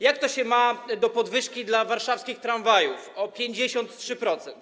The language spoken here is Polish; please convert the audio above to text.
Jak to się ma do podwyżki dla warszawskich tramwajów o 53%?